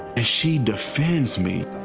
she defends me.